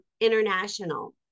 International